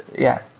yeah.